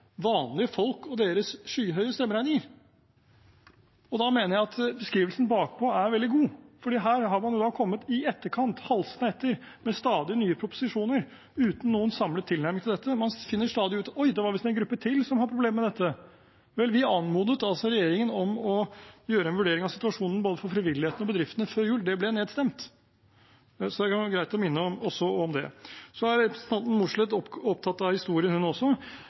vanlige folk og deres skyhøye strømregninger. Da mener jeg at beskrivelsen «bakpå» er veldig god, for her har man kommet i etterkant, halsende etter, med stadig nye proposisjoner, uten noen samlet tilnærming til dette. Man finner stadig ut at oi, det var visst en gruppe til som hadde problemer med dette. Vel, vi anmodet regjeringen om å gjøre en vurdering av situasjonen både for frivilligheten og bedriftene før jul. Det ble nedstemt. Det kan være greit også å minne om det. Representanten Mossleth er opptatt av historie, hun også.